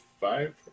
five